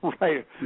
right